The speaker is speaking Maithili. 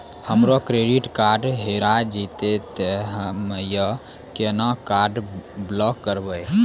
हमरो क्रेडिट कार्ड हेरा जेतै ते हम्मय केना कार्ड ब्लॉक करबै?